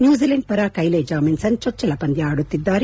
New Zealand ಪರ Kyle Jamieson ಚೊಚ್ಚಲ ಪಂದ್ಯ ಆಡುತ್ತಿದ್ದಾರೆ